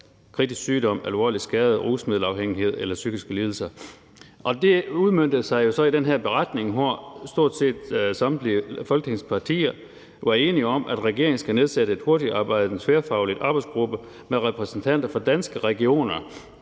kritisk sygdom, alvorlig skade, rusmiddelafhængighed eller psykiske lidelser. Det udmøntede sig så i den her beretning, hvor stort set samtlige Folketingets partier var enige om, at regeringen skal nedsætte en hurtigtarbejdende tværfaglig arbejdsgruppe med repræsentanter fra Danske Regioner,